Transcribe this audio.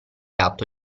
atto